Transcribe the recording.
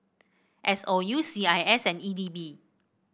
S O U C I S and E D B